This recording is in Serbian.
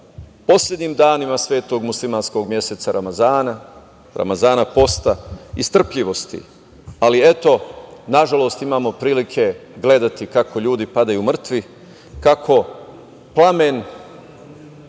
poslednjim dana svetog muslimanskog meseca Ramazana, Ramazana posta i strpljivosti. Ali, eto, nažalost imamo prilike gledati kako ljudi padaju mrtvi, kako plamen